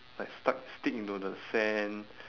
like stuck stick into the sand